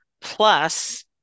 plus